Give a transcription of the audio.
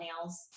nails